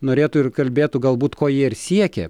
norėtų ir kalbėtų galbūt ko jie ir siekė